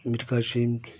Mir Kashem